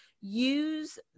use